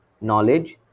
knowledge